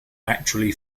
actually